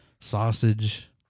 sausage